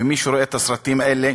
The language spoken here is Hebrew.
ומי שרואה את הסרטים האלה,